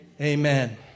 Amen